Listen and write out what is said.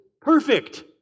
perfect